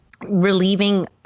relieving